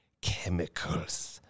chemicals